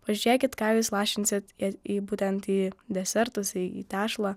pažiūrėkit ką jūs lašinsit į į būtent į desertus į tešlą